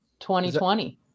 2020